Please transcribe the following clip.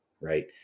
Right